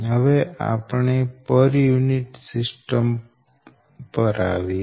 હવે આપણે per unit system પર આવીએ